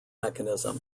mechanism